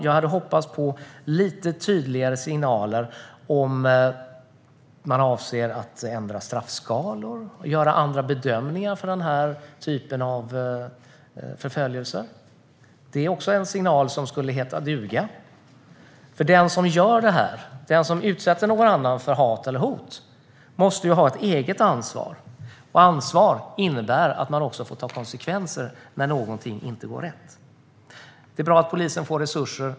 Jag hade hoppats på lite tydligare signaler när det gäller om man avser att ändra straffskalor och göra andra bedömningar av den här typen av förföljelse. Det skulle vara en signal som heter duga. Den som gör det här, den som utsätter någon annan för hat eller hot, måste ju ha ett eget ansvar, och ansvar innebär att man också får ta konsekvenserna när någonting inte går rätt. Det är bra att polisen får resurser.